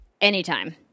anytime